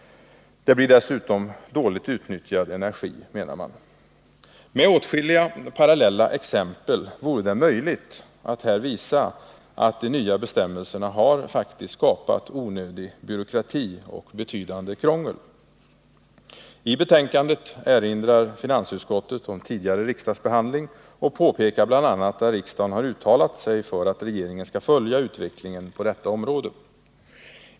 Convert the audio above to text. Det blir dessutom dåligt utnyttjad energi, menar man. Med åtskilliga parallella exempel vore det möjligt att visa att de nya bestämmelserna har skapat onödig byråkrati och betydande krångel. I betänkandet erinrar finansutskottet om tidigare riksdagsbehandling och påpekar bl.a. att riksdagen uttalat sig för att regeringen skall följa utvecklingen på detta område.